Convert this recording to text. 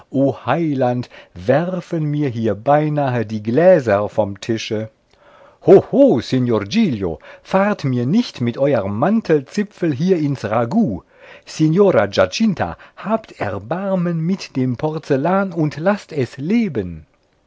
heiland werfen mir hier beinahe die gläser vom tische ho ho signor giglio fahrt mir nicht mit euerm mantelzipfel hier ins ragout signora giacinta habt erbarmen mit dem porzellan und laßt es leben